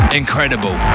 incredible